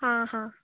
हां हां